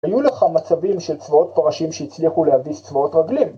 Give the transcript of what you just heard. ‫היו לך מצבים של צבאות פרשים ‫שהצליחו להביס צבאות רגלים.